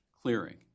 clearing